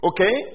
Okay